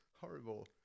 horrible